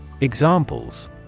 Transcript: Examples